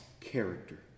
character